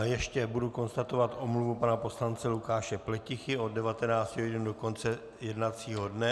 Ještě budu konstatovat omluvu pana poslance Lukáše Pletichy od 19 hodin do konce jednacího dne.